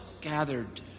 gathered